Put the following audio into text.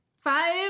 Five